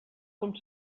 com